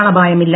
ആളപായമില്ല